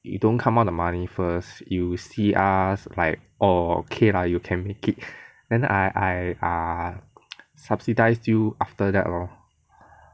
you don't come out the money first you see us like orh okay lah you can make it then I I err subsidise you after that lor